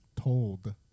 told